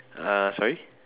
uh sorry